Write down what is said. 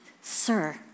Sir